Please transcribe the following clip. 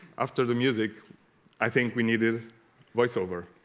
after the music i think we needed voiceover